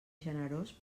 generós